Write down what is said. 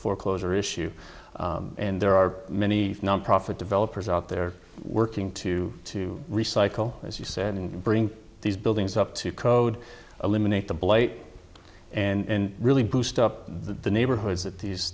foreclosure issue and there are many nonprofit developers out there working to to recycle as you said and bring these buildings up to code eliminate the blight and really boost up the neighborhoods that these